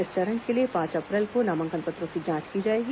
इस चरण के लिए पांच अप्रैल को नामांकन पत्रों की जांच की जाएगी